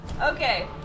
Okay